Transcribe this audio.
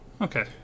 okay